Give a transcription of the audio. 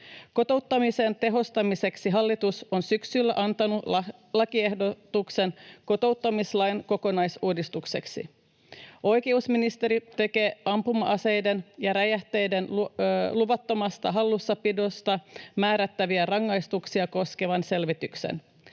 Kotouttamisen tehostamiseksi hallitus on syksyllä antanut lakiehdotuksen kotouttamislain kokonaisuudistukseksi. Oikeusministeriö tekee ampuma-aseiden ja räjähteiden luvattomasta hallussapidosta määrättäviä rangaistuksia koskevan selvityksen.